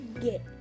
Get